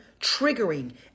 triggering